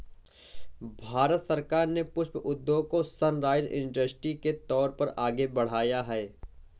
भारत सरकार ने पुष्प उद्योग को सनराइज इंडस्ट्री के तौर पर आगे बढ़ाया है